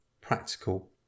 practical